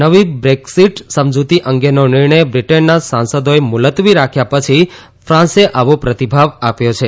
નવી બ્રેકઝીટ સમજૂતી અંગેનો નિર્ણય બ્રિટનના સાંસદોએ મુલતવી રાખ્યા પછી ફાન્સે આવો પ્રતિભાવ આપ્યો છે